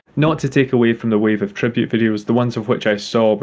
not to take away from the wave of tribute videos the ones of which i so but